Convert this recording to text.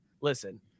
listen